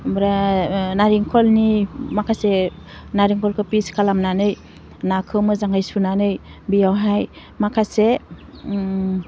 ओमफ्राय नारेंखलनि माखासे नारेंखलखौ पिस खालामनानै नाखौ मोजाङै सुनानै बेयावहाय माखासे